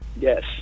Yes